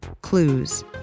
clues